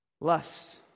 Lust